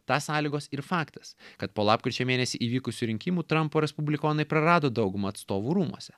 tą sąlygos ir faktas kad po lapkričio mėnesį įvykusių rinkimų trampo respublikonai prarado daugumą atstovų rūmuose